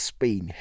Spain